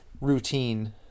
routine